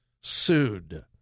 sued